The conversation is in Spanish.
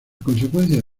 consecuencia